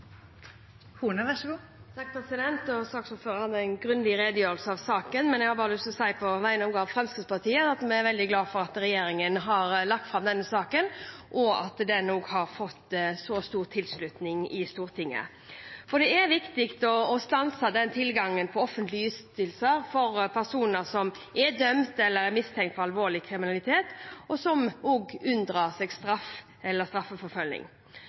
har fått så stor tilslutning i Stortinget. For det er viktig å stanse tilgangen på offentlige ytelser for personer som er dømt eller mistenkt for alvorlig kriminalitet, og som unndrar seg straff eller straffeforfølging.